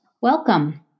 Welcome